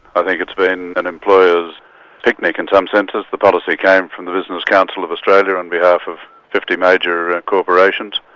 i think it's been an employer's picnic in some senses. the policy came from the business council of australia on behalf of fifty major corporations.